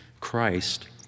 Christ